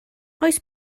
oes